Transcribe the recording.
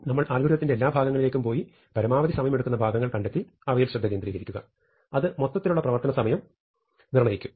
നമ്മൾ അൽഗോരിതത്തിന്റെ എല്ലാ ഭാഗങ്ങളിലേക്കും പോയി പരമാവധി സമയം എടുക്കുന്ന ഭാഗങ്ങൾ കണ്ടെത്തി അവയിൽ ശ്രദ്ധ കേന്ദ്രീകരിക്കുക അത് മൊത്തത്തിലുള്ള പ്രവർത്തന സമയം നിർണ്ണയിക്കും